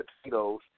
potatoes